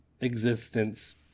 existence